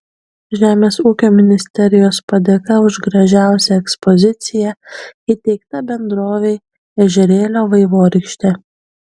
žemės ūkio ministerijos padėka už gražiausią ekspoziciją įteikta bendrovei ežerėlio vaivorykštė